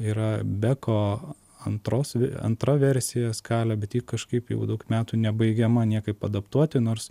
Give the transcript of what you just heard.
yra beko antros antra versija skalė bet ji kažkaip jau daug metų nebaigiama niekaip adaptuoti nors